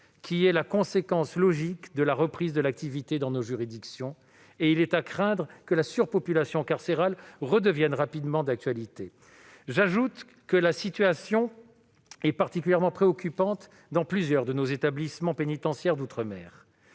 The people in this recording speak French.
qui est la conséquence logique de la reprise de l'activité dans nos juridictions. Il est à craindre que la surpopulation carcérale ne redevienne rapidement d'actualité. J'ajoute que la situation est particulièrement préoccupante dans plusieurs de nos établissements pénitentiaires d'outre-mer.